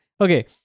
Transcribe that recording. okay